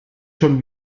schon